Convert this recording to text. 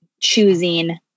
choosing